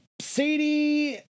Sadie